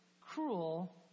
cruel